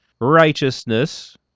righteousness